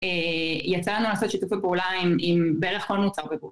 יצא לנו לעשות שיתופי פעולה עם בערך כל מוצב בבו